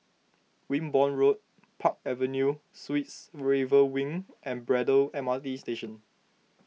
Wimborne Road Park Avenue Suites River Wing and Braddell M R T Station